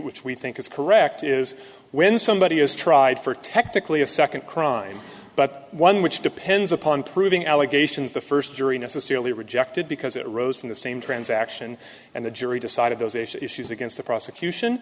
which we think is correct is when somebody is tried for technically a second crime but one which depends upon proving allegations the first jury necessarily rejected because it rose from the same transaction and the jury decided those issues against the prosecution